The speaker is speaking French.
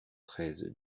treize